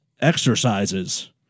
exercises